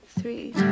three